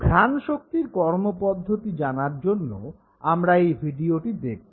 ঘ্রাণশক্তির কর্মপদ্ধতি জানার জন্য আমরা এই ভিডিওটি দেখব